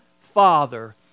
Father